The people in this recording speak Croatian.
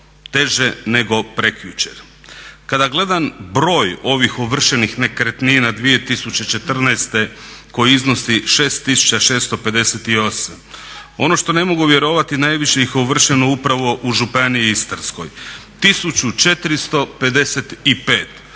teže nego prekjučer. Kada gledam broj ovih ovršenih nekretnina 2014. koji iznosi 6658 ono što ne mogu vjerovati najviše ih je ovršeno upravo u županiji Istarskoj, 1455.